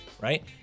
right